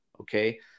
okay